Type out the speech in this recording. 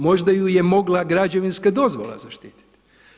Možda ju je mogla građevinska dozvola zaštititi.